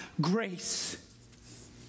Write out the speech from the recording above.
grace